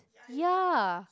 ya